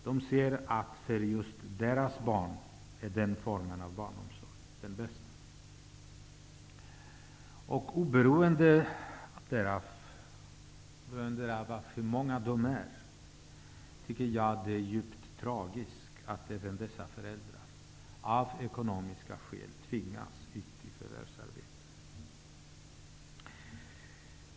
De ser den formen av barnomsorg som den bästa för just deras barn. Oberoende av hur många dessa föräldrar är, tycker jag att det är djupt tragiskt att även de, av ekonomiska skäl, tvingas ut i förvärvsarbete.